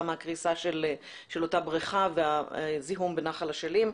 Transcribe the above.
מהקריסה של אותה בריכה והזיהום בנחל אשלים.